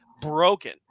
broken